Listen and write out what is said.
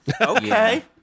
okay